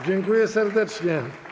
Dziękuję serdecznie.